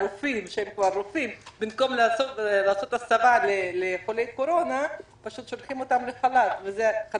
הרופאים במקום לעשות הסבה לחולי קורונה פשוט שולחים אותם לחל"ת.